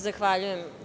Zahvaljujem.